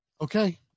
Okay